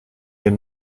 your